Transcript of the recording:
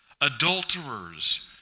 adulterers